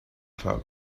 club